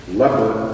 leper